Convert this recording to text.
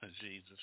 Jesus